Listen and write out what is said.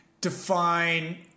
define